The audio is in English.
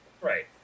Right